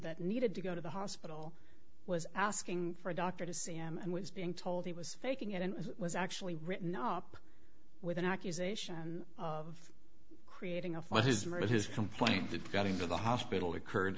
that needed to go to the hospital was asking for a doctor to see them and was being told he was faking it and was actually written up with an accusation of creating a fight his murders his complaint that got him to the hospital occurred